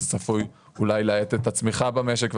זה צפוי אולי להאט את הצמיחה במשק,